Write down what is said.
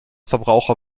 verbraucher